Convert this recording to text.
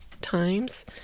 times